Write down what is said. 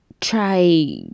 try